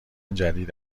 جدید